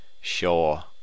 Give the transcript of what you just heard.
Sure